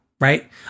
right